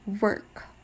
work